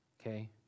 okay